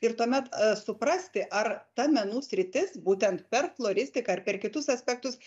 ir tuomet suprasti ar ta menų sritis būtent per floristika ar per kitus aspektus